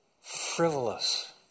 frivolous